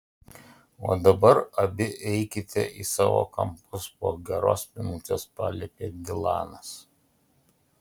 o dabar abi eikite į savo kampus po geros minutės paliepė dilanas